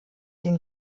den